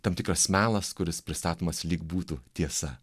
tam tikras melas kuris pristatomas lyg būtų tiesa